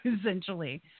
essentially